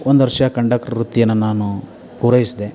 ಒಂದು ವರ್ಷ ಕಂಡಕ್ಟರ್ ವೃತ್ತಿಯನ್ನ ನಾನು ಪೂರೈಸಿದೆ